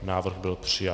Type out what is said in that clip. Návrh byl přijat.